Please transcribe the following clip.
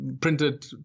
printed